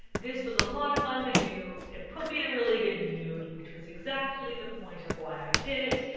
this was a lot of fun to do. it put me in a really good mood, which was exactly the point of why i did it.